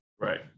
Right